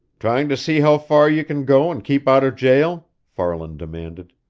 trying to see how far you can go and keep out of jail? farland demanded.